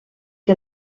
que